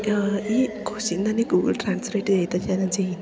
ഈ ക്സ്യൻ തന്നെ ഗൂഗിൾ ട്രാൻസിറേറ്റ് ചെയ്തിട്ടാണ് ചെയ്യുന്നത്